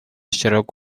اشتراک